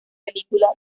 película